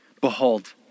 Behold